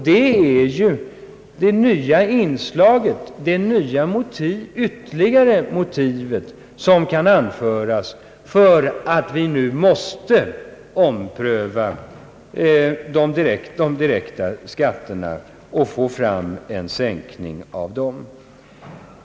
Det är ju det nya inslaget, det nya ytterligare motivet som kan anföras för att vi nu måste ompröva de direkta skatterna och få fram en sänkning av dem.